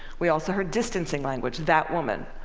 we also heard distancing language that woman.